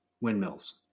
windmills